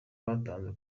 batanze